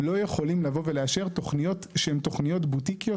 לא יכולים לבוא ולאשר תוכניות שהן תוכניות "בוטיקיות",